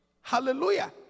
hallelujah